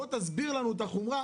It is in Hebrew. תסביר לנו את החומרה,